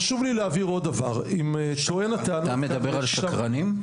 חשוב לי להבהיר עוד דבר אם טוען הטענות כאן -- אתה מדבר על שקרנים?